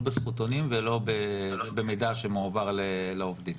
לא בזכותונים ולא במידע שמועבר לעובדים.